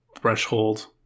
threshold